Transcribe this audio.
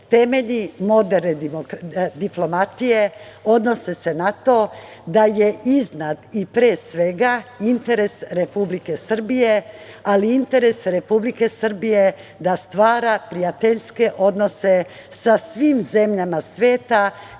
Vučić. Temelji moderne diplomatije odnose se na to da je iznad i pre svega, interes Republike Srbije, ali interes Republike Srbije da stvara prijateljske odnose sa svim zemljama sveta